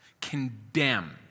condemned